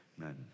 amen